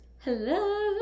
Hello